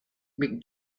mick